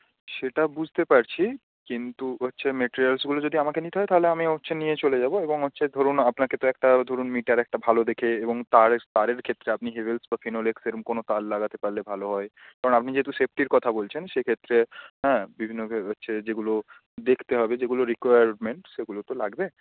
সেটা বুঝতে পারছি কিন্তু হচ্ছে মেটিরিয়ালসগুলো যদি আমাকে নিতে হয় তাহলে আমি হচ্ছে নিয়ে চলে যাব এবং হচ্ছে ধরুন আপনাকে তো একটা ধরুন মিটার একটা ভালো দেখে এবং তারের তারের ক্ষেত্রে আপনি হ্যাভেলস বা ফিনোলেক্স এরকম কোনো তার লাগাতে পারলে ভালো হয় কারণ আপনি যেহেতু সেফটির কথা বলছেন সেক্ষেত্রে হ্যাঁ বিভিন্ন হচ্ছে যেগুলো দেখতে হবে যেগুলো রিকোয়ারমেন্ট সেগুলো তো লাগবে